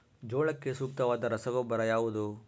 ಜೋಳಕ್ಕೆ ಸೂಕ್ತವಾದ ರಸಗೊಬ್ಬರ ಯಾವುದು?